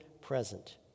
present